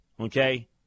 okay